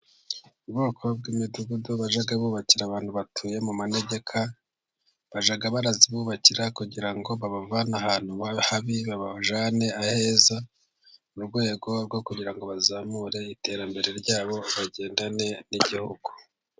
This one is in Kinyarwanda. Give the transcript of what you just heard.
Ubwoko bw'imidugudu bajyaga bubakira abantu batuye mu manegeka. Bajya barayibubakira kugira ngo babavane ahantu habi babajyane aheza, mu rwego rwo kugira ngo bazamure iterambere ryabo bagendane n'Igihugu.